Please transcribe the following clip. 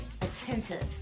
Attentive